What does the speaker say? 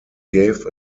gave